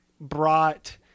brought